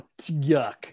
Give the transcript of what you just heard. yuck